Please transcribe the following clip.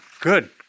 good